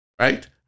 right